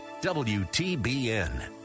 WTBN